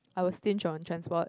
I will stinge on transport